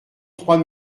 trois